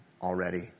already